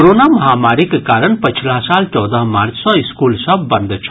corona महामारीक कारण पछिला साल चौदह मार्च सँ स्कूल सभ बंद छल